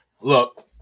Look